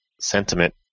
sentiment